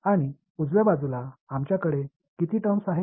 आणि उजव्या बाजूला आमच्याकडे किती टर्म्स आहेत